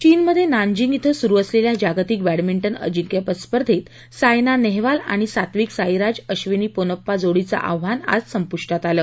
चीनमध्ये नान्जिंग धिं सुरु असलेल्या जागतिक बॅडमिंटन अजिंक्यपद स्पर्धेत सायना नेहवाल आणि सात्विकसाईराज अव्विनी पोन्नप्पा जोडीचं आव्हान आज संपुष्टात आलं